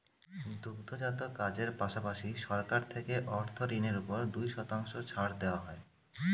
দুগ্ধজাত কাজের পাশাপাশি, সরকার থেকে অর্থ ঋণের উপর দুই শতাংশ ছাড় দেওয়া হয়